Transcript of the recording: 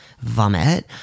vomit